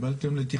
קיבלתם לתכנון.